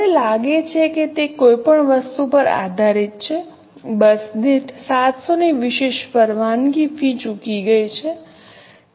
મને લાગે છે કે તે કોઈ પણ વસ્તુ પર આધારિત છે બસ દીઠ 700 ની વિશેષ પરવાનગી ફી ચૂકી ગઈ છે